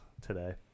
today